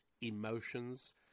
emotions